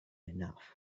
enough